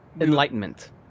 enlightenment